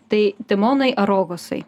tai timonai ar rogosai